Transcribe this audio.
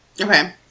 okay